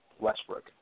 Westbrook